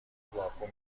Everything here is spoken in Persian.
باکو